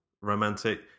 romantic